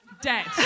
debt